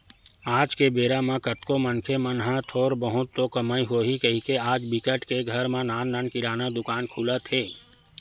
आज के बेरा म कतको मनखे मन ह थोर बहुत तो कमई होही कहिके आज बिकट के घर म नान नान किराना दुकान खुलत हे